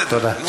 תודה.